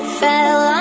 fell